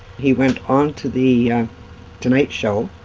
he went on to the tonight show